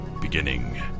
beginning